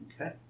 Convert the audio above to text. Okay